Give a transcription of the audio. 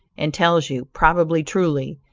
and tells you, probably truly,